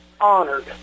honored